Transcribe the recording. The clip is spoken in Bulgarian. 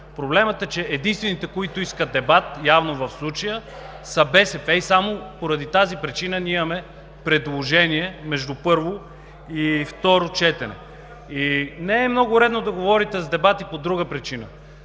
Проблемът е, че единствените, които в случая явно искат дебат, са от БСП и само поради тази причина ние имаме предложение между първо и второ четене. Не е много редно да говорите за дебати по друга причина.